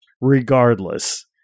regardless